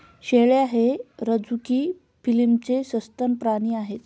शेळ्या हे रझुकी फिलमचे सस्तन प्राणी आहेत